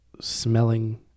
smelling